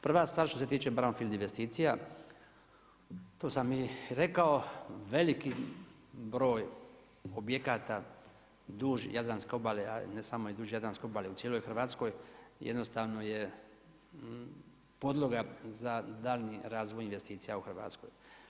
Prva stvar što se tiče brownfiled investicija. to sam i rekao, veliki broj objekata duž jadranske obale a ne samo i duž jadranske obale, u cijeloj Hrvatskoj jednostavno je podloga za daljnji razvoj investicija u Hrvatskoj.